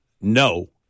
No